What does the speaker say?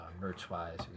merch-wise